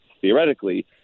theoretically